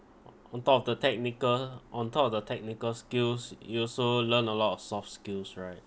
on top of the technical on top of the technical skills you also learn a lot of soft skills right